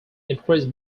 increase